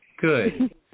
Good